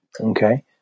okay